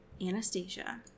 Anastasia